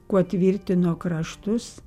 kuo tvirtino kraštus